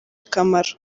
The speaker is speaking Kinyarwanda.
akamaro